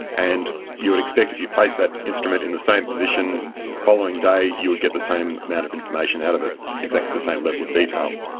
and you would expect if you placed that instrument in the same position the following day you would get the same amount of information out of it, exactly the same level of detail.